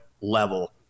level